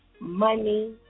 money